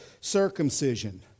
circumcision